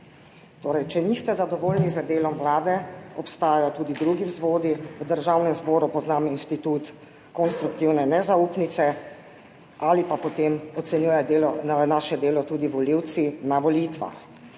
Torej, če niste zadovoljni z delom Vlade obstajajo tudi drugi vzvodi. V Državnem zboru poznamo institut konstruktivne nezaupnice ali pa, potem ocenjujejo naše delo tudi volivci na volitvah.